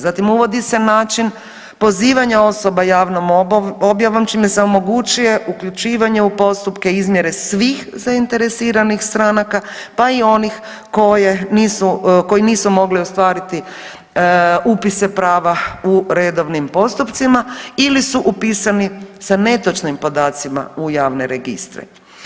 Zatim uvodi se način pozivanja osoba javnom objavom čime se omogućuje uključivanje u postupke izmjere svih zainteresiranih stranaka pa i onih koje nisu, koji nisu mogli ostvariti upise prava u redovnim postupcima ili su upisani sa netočnim podacima u javne registre.